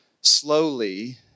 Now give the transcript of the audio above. slowly